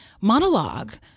monologue